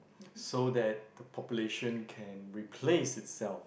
so that the population can replace itself